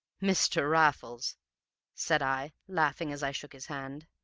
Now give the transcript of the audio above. mr. raffles said i, laughing as i shook his hand.